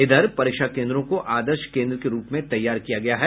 इधर परीक्षा केन्द्रों को आदर्श केन्द्र के रूप में तैयार किया गया है